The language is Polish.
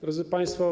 Drodzy Państwo!